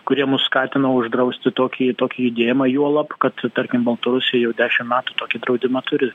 kurie mus skatino uždrausti tokį tokį judėjimą juolab kad tarkim baltarusija jau dešimt metų tokį draudimą turi